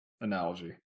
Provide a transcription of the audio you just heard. analogy